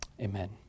Amen